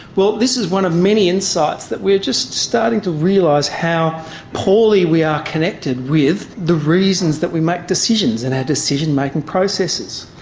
well this is one of many insights that we're just starting to realise how poorly we are connected with the reasons that we make decisions in our decision-making processes.